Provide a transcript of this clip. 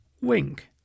wink